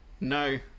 No